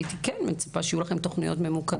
הייתי כן מצפה שיהיו לכם תוכניות ממוקדות,